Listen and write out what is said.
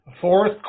fourth